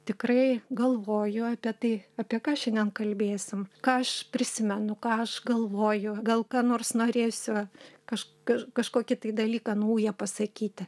tikrai galvoju apie tai apie ką šiandien kalbėsim ką aš prisimenu ką aš galvoju gal ką nors norėsiu kažk kaž kažkokį dalyką naują pasakyti